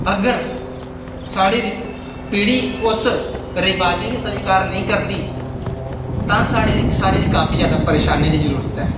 अगर सारी पिढ़ी उस रवाजें गी स्वीकार नेईं करदी तां साढ़े लेई काफी जैदा परेशानी दी जरूरत ऐ